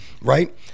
right